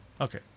okay